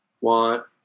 want